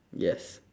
yes